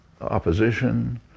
Opposition